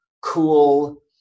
cool